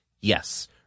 Yes